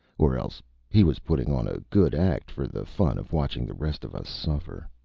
or else he was putting on a good act for the fun of watching the rest of us suffer.